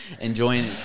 Enjoying